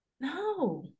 no